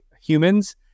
humans